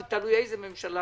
ותלוי איזו ממשלה